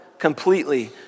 completely